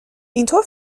اینطور